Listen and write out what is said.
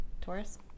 Taurus